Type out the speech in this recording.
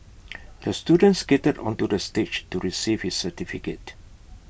the student skated onto the stage to receive his certificate